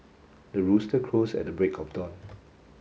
the rooster crows at the break of dawn